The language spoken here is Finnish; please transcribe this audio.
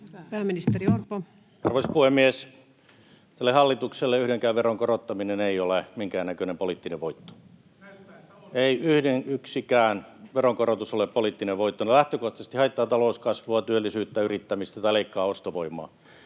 Pääministeri Orpo. Arvoisa puhemies! Tälle hallitukselle yhdenkään veron korottaminen ei ole minkäännäköinen poliittinen voitto. [Antti Kurvinen: Näyttää, että on!] Ei yhden yksikään veronkorotus ole poliittinen voitto. Ne lähtökohtaisesti haittaavat talouskasvua, työllisyyttä ja yrittämistä tai leikkaavat ostovoimaa.